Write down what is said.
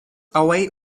away